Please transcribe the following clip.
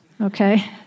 okay